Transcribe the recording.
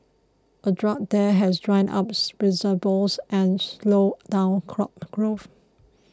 a drought there has dried up reservoirs and slowed down crop growth